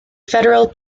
federal